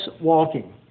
walking